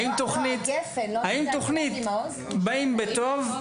האם תוכנית "באים בטוב",